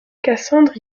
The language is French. cassandre